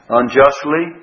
unjustly